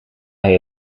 hij